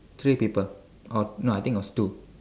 three people or no I think it was two